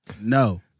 No